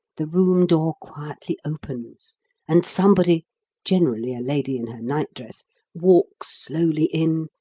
the room door quietly opens and somebody generally a lady in her night-dress walks slowly in,